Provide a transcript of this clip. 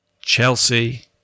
Chelsea